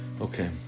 Okay